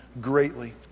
greatly